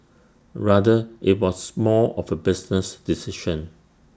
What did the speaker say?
rather IT was more of A business decision